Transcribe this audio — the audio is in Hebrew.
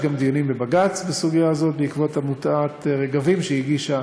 יש גם דיונים בבג"ץ בסוגיה הזאת בעקבות עתירה בנושא שהגישה,